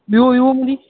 Vivo Vivo मध्ये